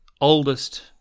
oldest